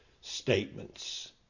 statements